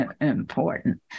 important